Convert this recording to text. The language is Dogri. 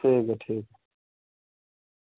ठीक ऐ ठीक